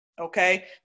Okay